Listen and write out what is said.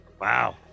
Wow